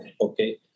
Okay